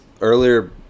earlier